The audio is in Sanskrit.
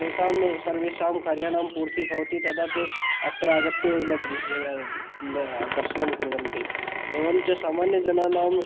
तेषां सर्वेषां कार्याणां पूर्तिः भवति तदा ते अत्र आगत्यैव न दृश् दर्शनं कुर्वन्ति एवञ्च सामान्यजनानां